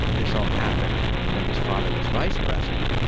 this all happened when his father was vice president.